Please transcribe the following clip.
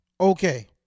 Okay